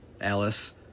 alice